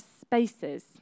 spaces